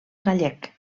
gallec